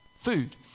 food